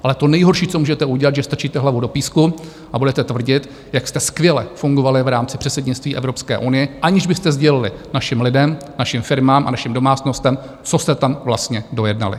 Ale to nejhorší, co můžete udělat, že strčíte hlavu do písku a budete tvrdit, jak jste skvěle fungovali v rámci předsednictví Evropské unie, aniž byste sdělili našim lidem, našim firmám a našim domácnostem, co jste tam vlastně dojednali.